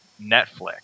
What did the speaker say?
netflix